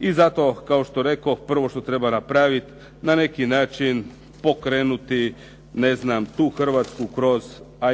I zato, kao što rekoh, prvo što treba napraviti, na neki način pokrenuti tu Hrvatsku kroz